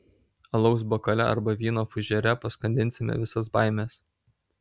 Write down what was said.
alaus bokale arba vyno fužere paskandinsime visas baimes